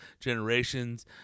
generations